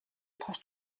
тус